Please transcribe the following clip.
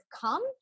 come